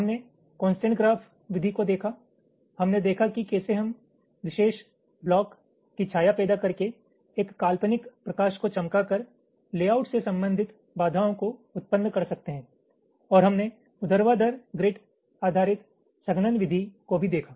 हमने constraint graph विधि को देखा हमने देखा कि कैसे हम विशेष ब्लॉक कि छाया पैदा करके एक काल्पनिक प्रकाश को चमकाकर लेआउट से संबंधित बाधाओं को उत्पन्न कर सकते हैं और हमने ऊर्ध्वाधर ग्रिड आधारित संघनन विधि को भी देखा